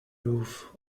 roof